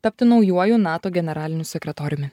tapti naujuoju nato generaliniu sekretoriumi